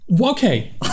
okay